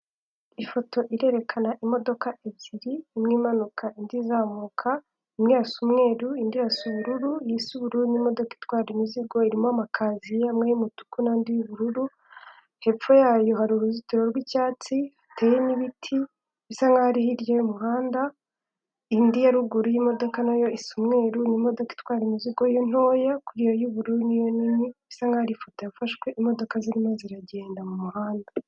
Ifoto irerekana imodoka ebyiri imwe imanuka indi izamuka imwe irasa umweru indi irasa ubururu yise ubururu n'imodoka itwara imizigo irimo amakaziye amwe yumutuku nandi yubururu hepfo yayo hari uruzitiro rwicyatsi ruteye n'ibiti bisa nkaho hirya y'umuhanda indi ya ruguru yimodoka nayo isa umweruru nimodoka itwara imizigo ye ntoya kuriya yubururu niyo nini isa nkaho ifoto yafashwe imodoka zirimo ziragenda mumuhanda.